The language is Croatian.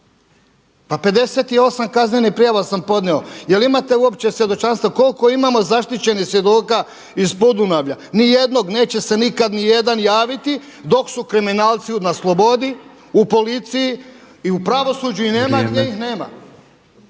Pa 58 kaznenih prijava sam podnio, jer imate uopće svjedočanstva koliko imamo zaštićenih svjedoka iz Podunavlja? Ni jednog, neće se nikad ni jedan javiti dok su kriminalci na slobodi, u policiji i u pravosuđu i nema gdje ih nema.